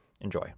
enjoy